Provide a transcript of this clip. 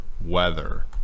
weather